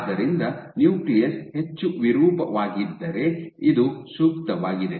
ಆದ್ದರಿಂದ ನ್ಯೂಕ್ಲಿಯಸ್ ಹೆಚ್ಚು ವಿರೂಪವಾಗಿದ್ದರೆ ಇದು ಸೂಕ್ತವಾಗಿದೆ